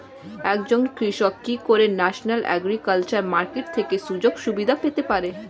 একজন কৃষক কি করে ন্যাশনাল এগ্রিকালচার মার্কেট থেকে সুযোগ সুবিধা পেতে পারে?